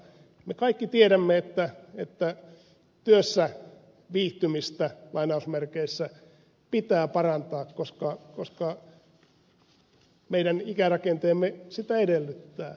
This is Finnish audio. me kaikki tiedämme että työssä viihtymistä pitää parantaa koska meidän ikärakenteemme sitä edellyttää